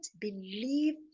believe